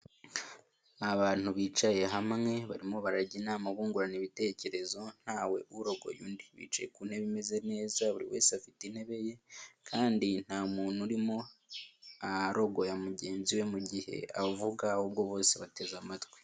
Abantu bicaye hamwe barimo barajya inama bungurana ibitekerezo ntawe urogoye undi, bicaye ku ntebe imeze neza buri wese afite intebe ye kandi nta muntu urimo arogoya mugenzi we mu gihe avuga ahubwo bose bateze amatwi.